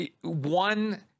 One